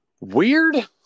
Weird